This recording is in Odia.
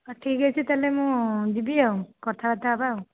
ହେଉ ଠିକ ଅଛି ତା'ହେଲେ ମୁଁ ଯିବି ଆଉ କଥାବାର୍ତ୍ତା ହେବା ଆଉ